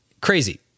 crazy